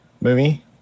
movie